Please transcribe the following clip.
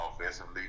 offensively